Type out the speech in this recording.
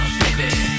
baby